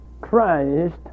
Christ